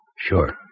sure